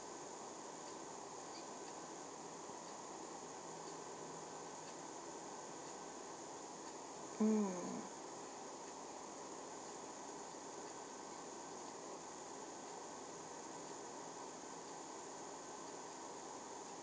mm